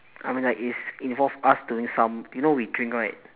I mean like it's involved us doing some you know we drink right